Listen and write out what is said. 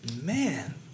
man